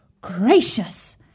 Gracious